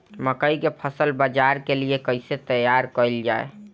मकई के फसल बाजार के लिए कइसे तैयार कईले जाए?